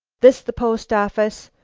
this the post office?